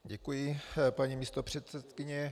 Děkuji, paní místopředsedkyně.